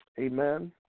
Amen